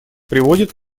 приводит